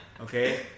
Okay